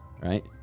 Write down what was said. right